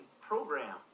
program